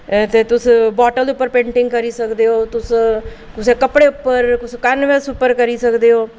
ते तुस बाटल पर पेंटिंग करी सकदे ओ तुस तुस कपड़े पर कैनवस करी सकदे ओ